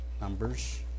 Numbers